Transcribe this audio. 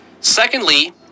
Secondly